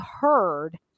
heard